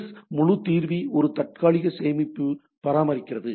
S முழு தீர்வி ஒரு தற்காலிக சேமிப்பு பராமரிக்கிறது